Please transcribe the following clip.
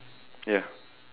ya